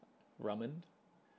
ramen